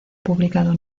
publicado